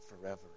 forever